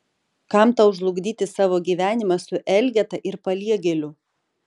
kam tau žlugdyti savo gyvenimą su elgeta ir paliegėliu